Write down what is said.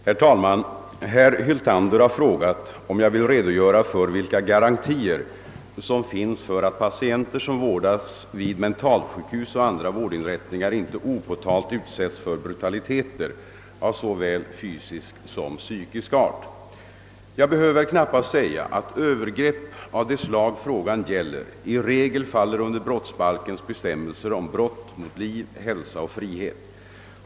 Herr talman! Herr Hyltander har frågat, om jag vill redogöra för vilka garantier som finns för att patienter som vårdas vid mentalsjukhus och andra vårdinrättningar inte opåtalt utsätts för brutaliteter av såväl fysisk som psykisk art. Jag behöver väl knappast säga att övergrepp av det slag frågan gäller i regel faller under brottsbalkens bestämmelser om brott mot liv, hälsa och frihet.